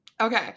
Okay